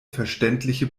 verständliche